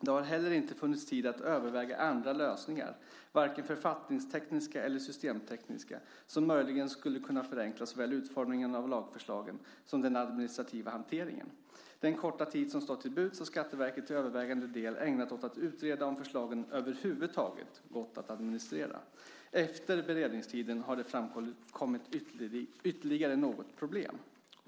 Det har heller inte funnits tid att överväga andra lösningar, varken författningstekniska eller systemtekniska, som möjligen skulle kunna förenkla såväl utformningen av lagförslagen som den administrativa hanteringen. Den korta tid som stått till buds har Skatteverket till övervägande del ägnat åt att utreda om förslagen över huvud taget gått att administrera. Efter beredningstiden har det framkommit ytterligare något problem.